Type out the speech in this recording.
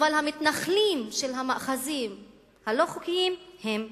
אבל המתנחלים של המאחזים הלא-חוקיים הם חוקיים.